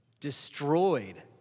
Destroyed